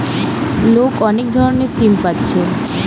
লোক অনেক ধরণের স্কিম পাচ্ছে